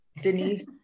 Denise